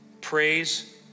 Praise